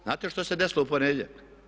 Znate što se desilo u ponedjeljak?